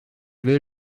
will